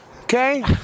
Okay